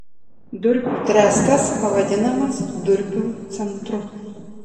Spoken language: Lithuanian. durpių trestas pavadinamas durpių centru